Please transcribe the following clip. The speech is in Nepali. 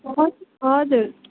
हजुर हजुर